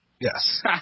Yes